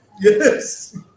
Yes